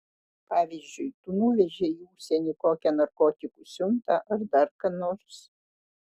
pavyzdžiui tu nuvežei į užsienį kokią narkotikų siuntą ar dar ką nors